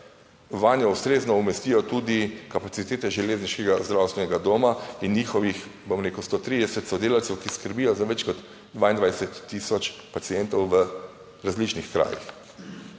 vanjo ustrezno umestijo tudi kapacitete železniškega zdravstvenega doma in njihovih, bom rekel, 130 sodelavcev, ki skrbijo za več kot 22 tisoč pacientov v različnih krajih.